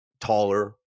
taller